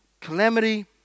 calamity